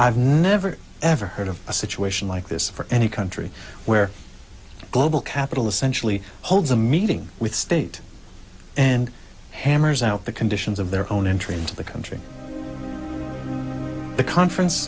have never ever heard of a situation like this for any country where global capital essentially holds a meeting with state and hammers out the conditions their own entry into the country the conference